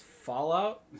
Fallout